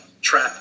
Trap